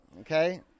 okay